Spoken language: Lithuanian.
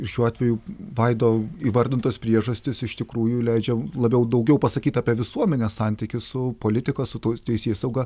šiuo atveju vaido įvardintos priežastys iš tikrųjų leidžia labiau daugiau pasakyt apie visuomenės santykį su politika su teisėsauga